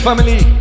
Family